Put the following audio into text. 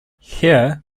here